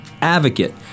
advocate